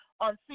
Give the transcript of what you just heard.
on